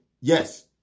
yes